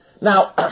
Now